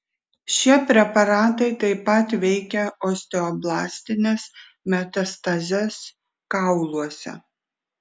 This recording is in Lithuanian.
šie preparatai taip pat veikia osteoblastines metastazes kauluose